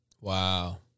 Wow